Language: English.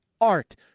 Art